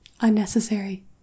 Unnecessary